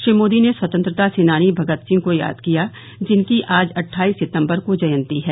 श्री मोदी ने स्वतंत्रता सेनानी भगत सिंह को याद किया जिनकी आज अट्ठाइस सितंबर को जयंती है